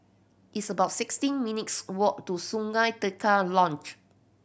it's about sixteen minutes' walk to Sungei Tengah Lodge